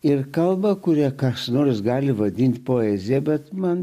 ir kalba kuria kas nors gali vadinti poeziją bet man